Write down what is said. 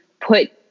put